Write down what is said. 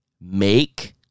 make